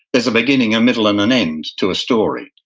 there's a beginning, a middle and an end to a story.